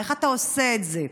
איך אתה עושה את זה?